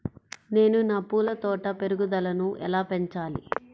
నేను నా పూల తోట పెరుగుదలను ఎలా పెంచాలి?